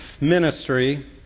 ministry